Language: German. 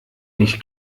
nicht